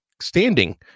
standing